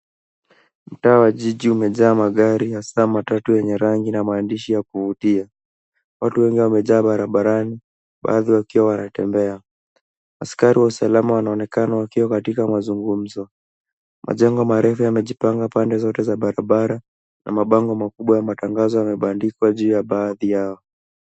Mtaa wa jiji umejaa magari hasa matatu yenye rangi na maandishi ya kuvutia. Watu wengi wamejaa barabarani baadhi wakiwa wanatembea. Askari wa usalama wanaonekana wakiwa katika mazungumzo. Majengo marefu yamejipanga pande zote za barabara na mabango makubwa ya matangazo yamebandikwa juu ya baadhi yao.